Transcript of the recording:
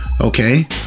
Okay